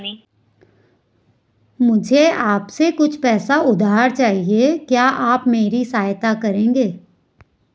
मुझे आपसे कुछ पैसे उधार चहिए, क्या आप मेरी सहायता करेंगे?